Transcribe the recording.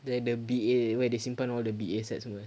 like the B_A where they simpan all the B_A sets semua